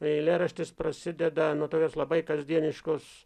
eilėraštis prasideda nuo tokios labai kasdieniškos